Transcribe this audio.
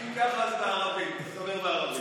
אם כך, אז תדבר בערבית.